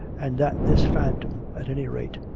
and that this phantom, at any rate,